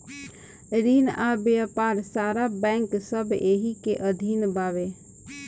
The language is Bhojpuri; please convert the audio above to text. रिन आ व्यापार सारा बैंक सब एही के अधीन बावे